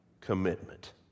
commitment